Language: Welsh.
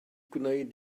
gwneud